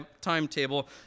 timetable